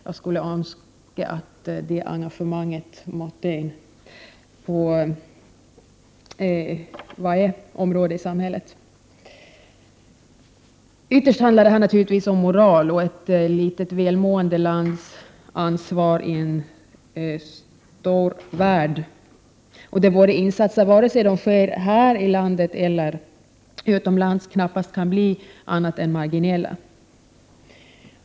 Jag skulle önska att det engagemanget rådde på varje område i samhället. Ytterst handlar det här naturligtvis om moral och ett litet, välmående lands ansvar i en stor värld, där våra insatser, vare sig de sker här i landet eller utomlands, knappast kan bli annat än marginella.